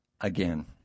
again